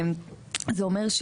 זה אומר,